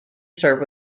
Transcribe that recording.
served